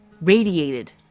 radiated